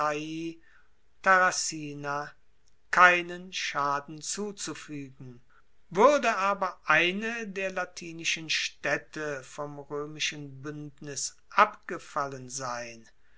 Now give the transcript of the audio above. keinen schaden zuzufuegen wuerde aber eine der latinischen staedte vom roemischen buendnis abgefallen sein